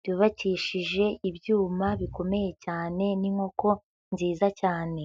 byubakishije ibyuma bikomeye cyane n'inkoko nziza cyane.